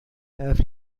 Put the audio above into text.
have